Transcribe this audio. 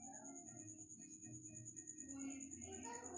अत्यधिक दोहन सें बहुत प्रजाति विलुप्त होय जाय छै